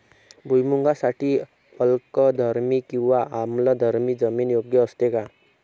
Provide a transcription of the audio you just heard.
भुईमूगासाठी अल्कधर्मी किंवा आम्लधर्मी जमीन योग्य असते का?